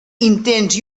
intents